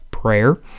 prayer